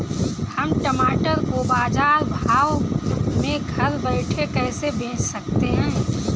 हम टमाटर को बाजार भाव में घर बैठे कैसे बेच सकते हैं?